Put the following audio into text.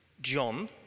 John